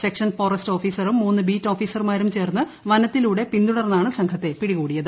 section forest ഓഫീസറും മൂന്ന് beat ഓഫീസർമാരും ചേർന്ന് വനത്തിലൂടെ പിന്തുടർന്നാണ് സംഘത്തെ പിടികൂടിയത്